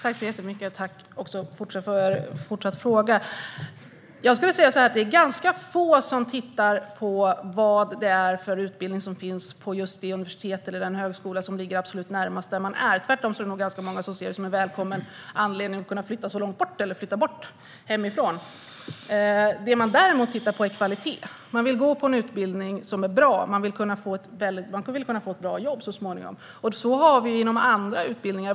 Fru talman! Tack för ytterligare en fråga! Jag skulle säga att ganska få tittar på vilka utbildningar som finns på det universitet eller den skola som ligger närmast hemorten. Tvärtom ser nog många det som en välkommen anledning att flytta så långt bort som möjligt och kunna flytta hemifrån. Däremot tittar man på kvalitet. Man vill gå på en utbildning som är bra för att så småningom kunna få ett bra jobb. Så har vi det inom andra utbildningar.